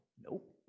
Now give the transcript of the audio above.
Nope